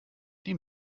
die